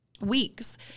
weeks